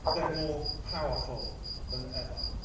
they're more powerful than ever.